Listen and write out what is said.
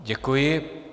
Děkuji.